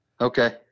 Okay